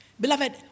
Beloved